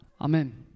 Amen